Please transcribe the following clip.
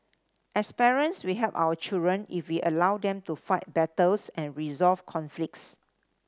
as parents we help our children if we allow them to fight battles and resolve conflicts